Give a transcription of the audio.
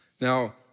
Now